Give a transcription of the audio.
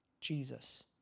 Jesus